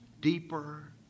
deeper